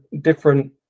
different